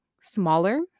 smaller